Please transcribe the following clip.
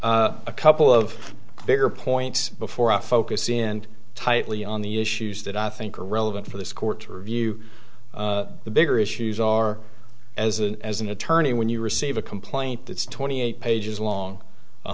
a couple of bigger points before i focus in tightly on the issues that i think are relevant for this court to review the bigger issues are as a as an attorney when you receive a complaint that's twenty eight pages long